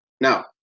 Now